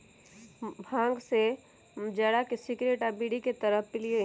भांग के जरा के सिगरेट आ बीड़ी के तरह पिअईली